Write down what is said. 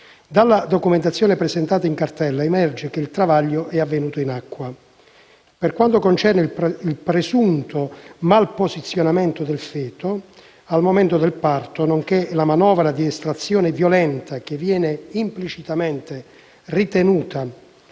Dalla documentazione presente in cartella emerge che il travaglio è avvenuto in acqua. Per quanto concerne il presunto malposizionamento del feto al momento del parto, nonché la manovra di estrazione violenta che viene implicitamente ritenuta